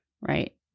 Right